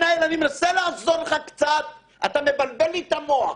אני מנסה לעזור לך קצת ואתה מבלבל לך את המוח.